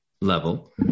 level